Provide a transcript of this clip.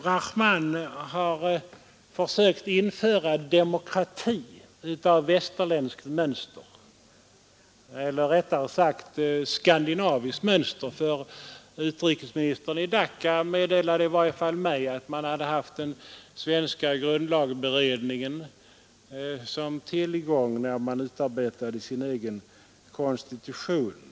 Rahman har försökt införa demokrati efter västerländskt mönster — eller rättare sagt skandinaviskt mönster, för utrikesministern i Dacca meddelade i varje fall mig att man hade tagit intryck av den svenska grundlagberedningens betänkande när man utarbetade sin egen konstitution.